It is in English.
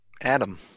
Adam